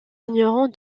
ignorons